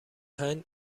هند